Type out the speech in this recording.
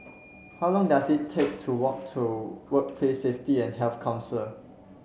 how long does it take to walk to Workplace Safety and Health Council